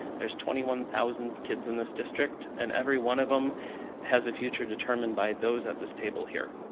there's twenty one thousand kids in this district and every one of them has a future determined by those at this table here.